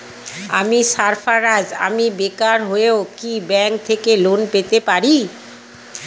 আমি সার্ফারাজ, আমি বেকার হয়েও কি ব্যঙ্ক থেকে লোন নিতে পারি?